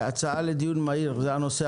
הנושא הראשון הוא הצעה לדיון מהיר בנושא: